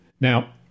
Now